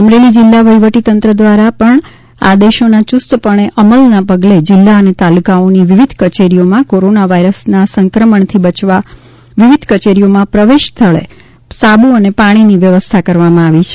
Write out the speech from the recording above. અમરેલી જિલ્લા વહીવટી તંત્ર દ્વારા જારી થયેલા આદેશોના યુસ્તપણે અમલના પગલે જિલ્લા અને તાલુકાઓની વિવિધ કચેરીઓમાં કોરોના વાયરસના સંક્રમણથી બચવા વિવિધ કચેરીઓમાં પ્રવેશ સ્થળે સાબુ અને પાણીની વ્યવસ્થા કરવામાં આવી છે